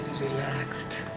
relaxed